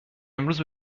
امروز